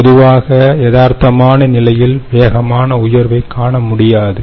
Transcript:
பொதுவாக எதார்த்தமான நிலையில் வேகமான உயர்வை காணமுடியாது